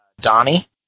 Donnie